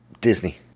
Disney